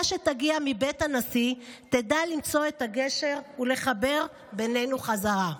שתגיע מבית הנשיא תדע למצוא את הגשר ולחבר בינינו חזרה.